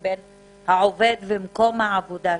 בין העובד לבין מקום העבודה שלו.